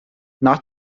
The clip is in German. nach